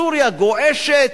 סוריה גועשת,